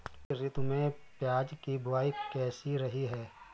इस ऋतु में प्याज की बुआई कैसी रही है?